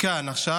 כאן עכשיו: